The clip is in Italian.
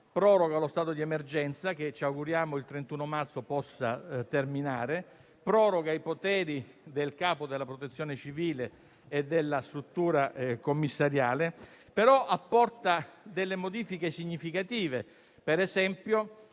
proroga lo stato di emergenza, che ci auguriamo il 31 marzo possa terminare, ma anche i poteri del capo della Protezione civile e della struttura commissariale, però apporta delle modifiche significative. Per esempio,